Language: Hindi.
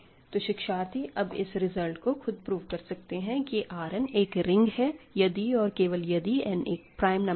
तो शिक्षार्थी अब इस रिजल्ट को खुद प्रूव कर सकते हैं कि R n एक रिंग है यदी और केवल यदि n एक प्राइम नंबर है